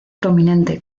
prominente